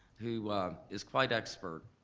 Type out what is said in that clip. who is quite expert,